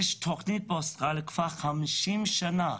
יש תכנית באוסטרליה כבר 50 שנה,